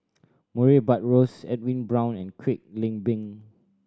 Murray Buttrose Edwin Brown and Kwek Leng Beng